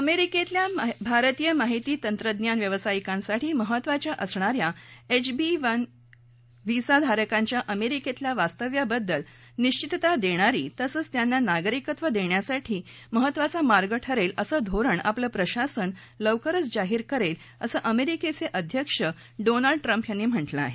अमेरिकेतल्या भारतीय माहिती तंत्रज्ञान व्यावसायिकांसाठी महत्त्वाच्या असणा या एच वन बी व्हीसा धारकांच्या अमेरिकेतल्या वास्तव्याबद्दल निश्वितता देणारी तसंच त्यांना नागरिकत्व देण्यासाठी महत्त्वाचा मार्ग ठरेल असं धोरण आपलं प्रशासन लवकरच जाहीर करेल असं अमेरिकेचे अध्यक्ष डोनाल्ड ट्रंप यांनी म्हटलं आहे